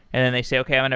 and then they say, okay. and